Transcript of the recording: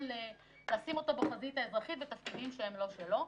לשים אותו בחזית האזרחית בתפקידים שהם לא שלו.